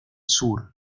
sur